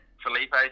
Felipe